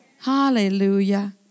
Hallelujah